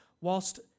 whilst